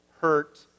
hurt